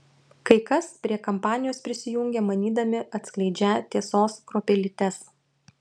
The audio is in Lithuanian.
kai kas prie kampanijos prisijungia manydami atskleidžią tiesos kruopelytes